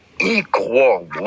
equal